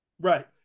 Right